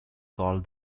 called